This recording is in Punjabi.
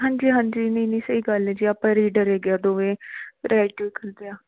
ਹਾਂਜੀ ਹਾਂਜੀ ਨਹੀਂ ਨਹੀਂ ਸਹੀ ਗੱਲ ਜੀ ਆਪਾਂ